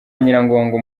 nyiragongo